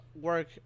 work